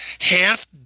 half